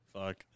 fuck